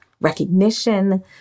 recognition